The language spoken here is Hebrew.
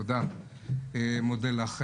תודה לך.